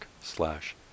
slash